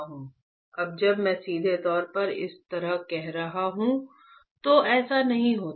अब जब मैं सीधे तौर पर इस तरह कह रहा हूं तो ऐसा नहीं होता